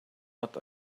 what